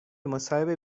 مصاحبه